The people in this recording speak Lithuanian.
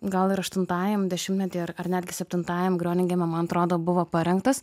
gal ir aštuntajam dešimtmety ar ar netgi septintajam groningene man atrodo buvo parengtas